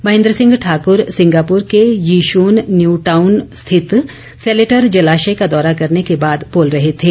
Mahendra Singh Thakur Singapore के Yishun Newtown स्थित Seletar जलाश्य का दौरा करने के बाद बोल रहे थे